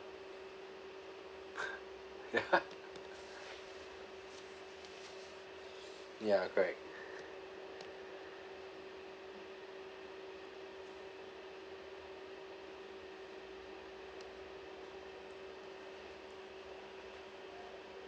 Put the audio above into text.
ya ya correct